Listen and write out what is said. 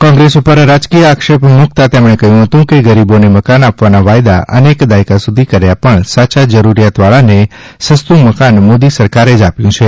કોંગ્રેસ ઉપર રાજકીય આક્ષેપ મુક્તા તેમણે કહ્યું હતું કે ગરીબોને મકાન આપવાના વાયદા અનેક દાયકા સુધી કર્યા પણ સાચા જરૂરિયાતવાળાને સસ્તું મકાન મોદી સરકારે જ આપ્યું છે